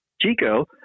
Chico